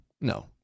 no